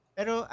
Pero